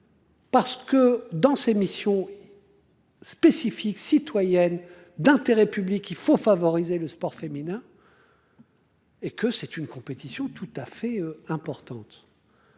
Parce que dans ses missions. Spécifiques citoyenne d'intérêt public, il faut favoriser le sport féminin. Et que c'est une compétition tout à fait importante.